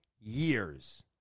years